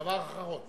דבר אחרון.